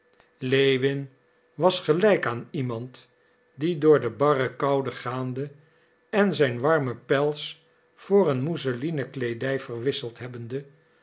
lewin was gelijk aan iemand die door de barre koude gaande en zijn warme pels voor een mousselinen kleedij verwisseld hebbende